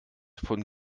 von